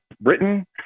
Britain